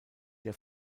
der